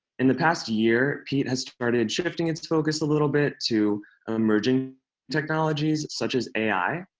in the past year, peat has started shifting its focus a little bit to emerging technologies, such as ai,